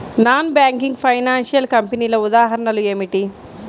Non banking financial కంపెనీల ఉదాహరణలు ఏమిటి?